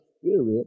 Spirit